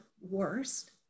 worst